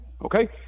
okay